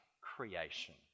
creation